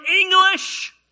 English